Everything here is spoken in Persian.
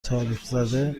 تاریخزده